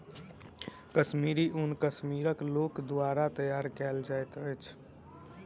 कश्मीरी ऊन कश्मीरक लोक द्वारा तैयार कयल जाइत अछि